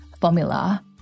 formula